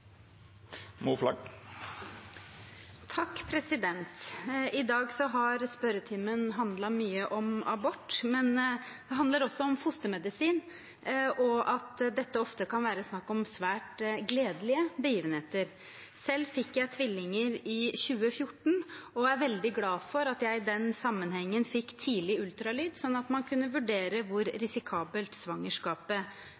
diskutere dette. I dag har spørretimen handlet mye om abort, men det handler også om fostermedisin og at dette ofte kan være snakk om svært gledelige begivenheter. Selv fikk jeg tvillinger i 2014 og er veldig glad for at jeg i den sammenhengen fikk tidlig ultralyd, slik at man kunne vurdere hvor